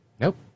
Nope